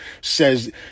says